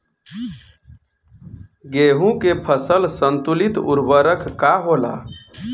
गेहूं के फसल संतुलित उर्वरक का होला?